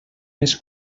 més